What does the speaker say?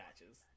matches